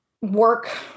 work